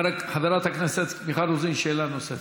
חברת הכנסת מיכל רוזין, שאלה נוספת.